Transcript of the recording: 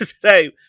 today